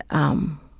um,